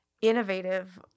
innovative